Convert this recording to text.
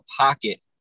pocket